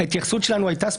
ההתייחסות שלנו הייתה ספציפית,